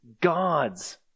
God's